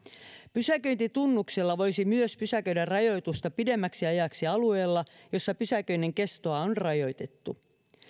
pysäköintitunnuksella voisi myös pysäköidä rajoitusta pidemmäksi ajaksi alueella jossa pysäköinnin kestoa on rajoitettu